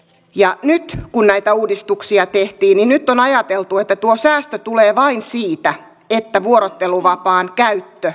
ja nyt kun näitä uudistuksia tehtiin on ajateltu että tuo säästö tulee vain siitä että vuorotteluvapaan käyttö vähenee